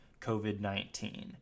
COVID-19